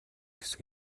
хэсэг